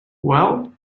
well